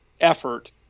effort